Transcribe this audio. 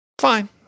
Fine